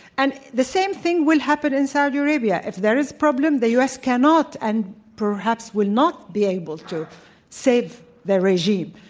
and the same thing will happen in saudi arabia. if there is a problem, the u. s. cannot, and perhaps will not be able to save the regime.